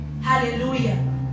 Hallelujah